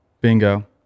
Bingo